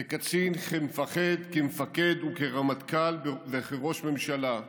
כקצין, כמפקד, כרמטכ"ל וכראש ממשלה,